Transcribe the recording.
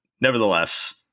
nevertheless